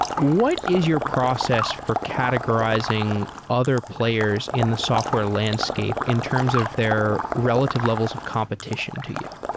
what is your process for categorizing other players in the software landscape in terms of their relative levels of competition to you?